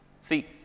See